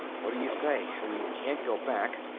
what do you say? we can't go back,